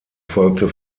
folgte